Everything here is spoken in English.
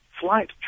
flight